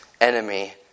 enemy